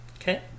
Okay